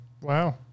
Wow